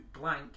blank